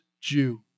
Jew